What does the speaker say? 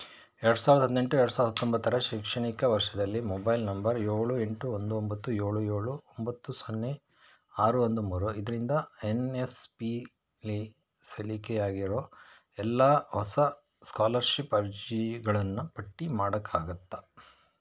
ಎರಡು ಸಾವಿರದ ಹದಿನೆಂಟು ಎರಡು ಸಾವಿರದ ಹತ್ತೊಂಬತ್ತರ ಶೈಕ್ಷಣಿಕ ವರ್ಷದಲ್ಲಿ ಮೊಬೈಲ್ ನಂಬರ್ ಏಳು ಎಂಟು ಒಂದು ಒಂಬತ್ತು ಏಳು ಏಳು ಒಂಬತ್ತು ಸೊನ್ನೆ ಆರು ಒಂದು ಮೂರು ಇದರಿಂದ ಎನ್ ಎಸ್ ಪಿಲಿ ಸಲ್ಲಿಕೆಯಾಗಿರೋ ಎಲ್ಲ ಹೊಸ ಸ್ಕಾಲರ್ಶಿಪ್ ಅರ್ಜಿಗಳನ್ನು ಪಟ್ಟಿ ಮಾಡೋಕ್ಕಾಗತ್ತಾ